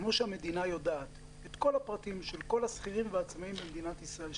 כמו שהמדינה יודעת את כל הפרטים של כל השכירים והעצמאים במדינת ישראל,